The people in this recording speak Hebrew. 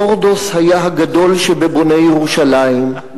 הורדוס היה הגדול שבבוני ירושלים.